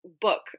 book